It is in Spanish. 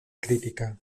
crítica